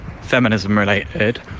feminism-related